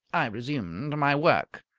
i resumed my work.